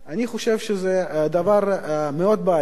אני חושב שזה דבר מאוד בעייתי.